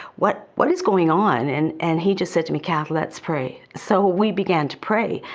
what what is going on? and and he just said to me, kath, let's pray. so we began to pray.